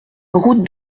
route